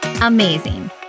amazing